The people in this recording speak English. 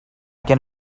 can